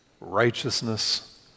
righteousness